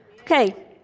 Okay